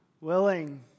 Willing